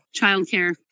Childcare